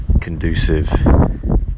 conducive